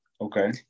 Okay